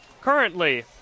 currently